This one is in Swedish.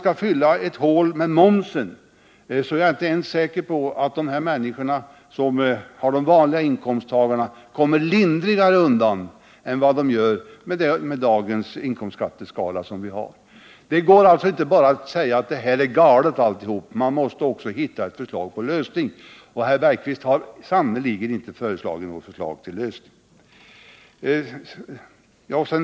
Skall man fylla hålen med momsen, är jag inte säker på att de vanliga inkomsttagarna kommer lindringare undan än med dagens inkomstskatteskala. Det går inte att bara säga att allt är galet. Man måste också föreslå lösningar. Holger Bergqvist har sannerligen inte givit några förslag till lösningar.